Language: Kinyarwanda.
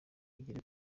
ugere